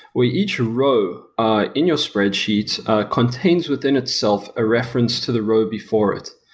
where each row in your spreadsheets contains within itself a reference to the row before it.